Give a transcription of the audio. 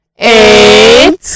eight